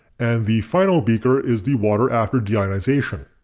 and the final beaker is the water after deionization.